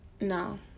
No